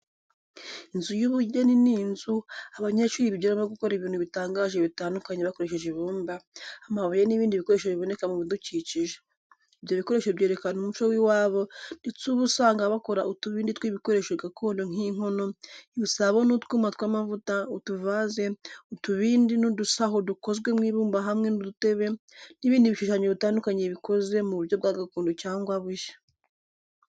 Inzu y'ubugeni ni inzu, abanyeshuri bigiramo gukora ibintu bitangaje bitandukanye bakoresheje ibumba, amabuye n’ibindi bikoresho biboneka mu bidukikije. Ibyo bikoresho byerekana umuco w’iwabo, ndetse uba usanga bakora utubindi tw’ibikoresho gakondo nk'inkono, ibisabo n’utwuma tw’amavuta, utuvaze, utubindi, n’udusaho dukozwe mu ibumba hamwe n’udutebe n’ibindi bishushanyo bitandukanye bikoze mu buryo bwa gakondo cyangwa bushya.